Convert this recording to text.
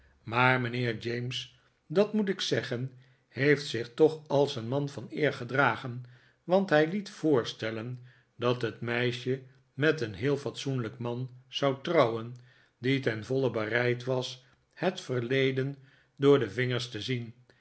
maar mijnheer james dat moet ik zeggen heeft zich toch als een man van eer gedragen want hij liet voorstellen dat het meisje met een heel fatsoenlijk man zou trouwen die ten voile bereid was het verleden door de vingers te zien